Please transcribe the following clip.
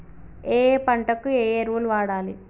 ఏయే పంటకు ఏ ఎరువులు వాడాలి?